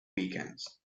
weekends